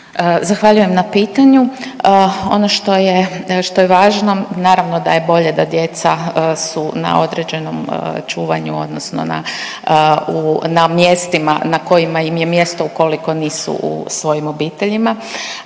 Zahvaljujem na pitanju. Ono što je, što je važno, naravno da je bolje da djeca su na određenom čuvanju odnosno na, u, na mjestima na kojima im je mjesto ukoliko nisu u svojim obiteljima.